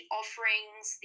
offerings